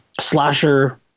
slasher